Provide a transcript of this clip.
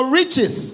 riches